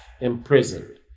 imprisoned